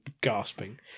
gasping